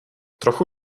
trochu